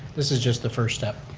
this is just the first step.